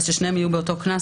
כך ששניהם יעמדו על דרגה ג',